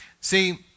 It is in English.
See